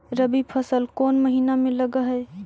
रबी फसल कोन महिना में लग है?